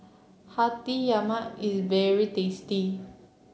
Hati Yama is very tasty